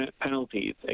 penalties